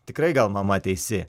tikrai gal mama teisi